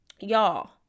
Y'all